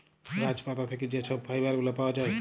গাহাচ পাত থ্যাইকে যে ছব ফাইবার গুলা পাউয়া যায়